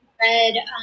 read